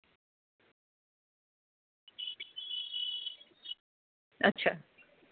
अच्छा